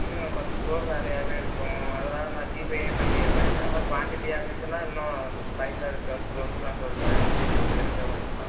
இல்லைங்க கொஞ்சம் ஸ்டோர் வேலையாகவே இருக்கும் அதனால நான் ஜிபேயே பண்ணிடறேன் நல்லா குவான்டிட்டியாக இருந்துச்சுன்னால் இன்னும் சைடில் இருக்கிற ஸ்டோர்ஸ்க்குலாம் சொல்கிறேன் தெரிஞ்சவங்களுக்குலாம்